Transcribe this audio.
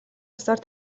ёсоор